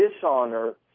dishonor